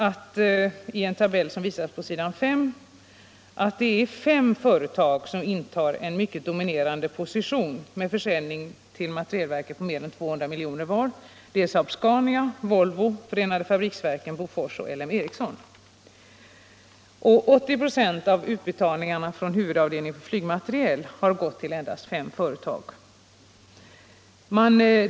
Av den tabell som visas på s. 5 i betänkandet framgår att det är fem företag som intar en mycket dominerande position med en försäljning till materielverket på mer än 200 milj.kr. vartdera. Det är SAAB-SCA NIA, Volvo, förenade fabriksverken, Bofors och LM Ericsson. 80 "> av utbetalningarna från huvudavdelningen för flygmateriel har gått till endast fem företag.